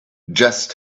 just